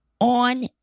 On